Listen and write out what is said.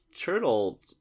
Turtle